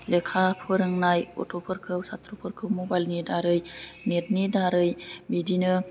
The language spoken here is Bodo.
लेखा फोरोंनाय गथ'फोरखौ साथ्र'फोरखौ मबाइल नि दारै नेट नि दारै बिदिनो